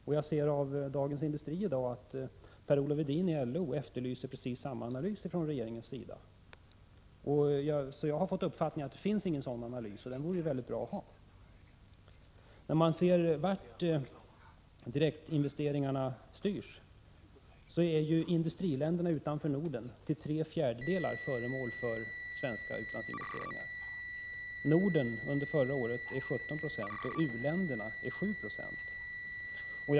Och jag ser av Dagens Industri i dag att Per-Olof Edin i LO efterlyser precis samma analys från regeringens sida. Jag har fått uppfattningen att det inte finns någon analys av det slaget, och det vore mycket bra att ha en sådan. När man ser vart direktinvesteringarna styrs, så finner man att industriländerna utanför Norden till tre fjärdedelar är föremål för svenska utlandsinvesteringar. Norden fick under förra året 17 Jo och u-länderna 7 96.